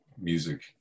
music